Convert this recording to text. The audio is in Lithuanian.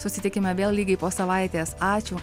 susitikime vėl lygiai po savaitės ačiū